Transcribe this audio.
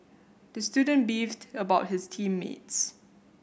the student beefed about his team mates